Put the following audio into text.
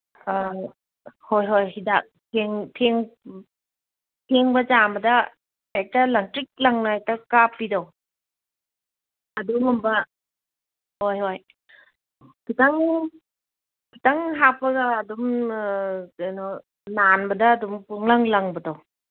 ꯑ ꯍꯣꯏ ꯍꯣꯏ ꯍꯤꯗꯥꯛ ꯐꯦꯡꯕ ꯆꯥꯝꯕꯗ ꯍꯦꯛꯇ ꯂꯪꯇ꯭ꯔꯤꯛ ꯂꯪꯅ ꯍꯦꯛꯇ ꯀꯥꯞꯄꯤꯗꯣ ꯑꯗꯨꯒꯨꯝꯕ ꯍꯣꯏ ꯍꯣꯏ ꯈꯤꯇꯪ ꯈꯤꯇꯪ ꯍꯥꯞꯄꯒ ꯑꯗꯨꯝ ꯀꯩꯅꯣ ꯅꯥꯟꯕꯗ ꯑꯗꯨꯝ ꯄꯨꯡꯂꯪ ꯂꯪꯕꯗꯣ